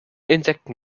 insekten